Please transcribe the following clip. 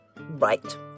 Right